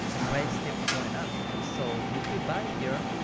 the price kept going up, so if you buy here,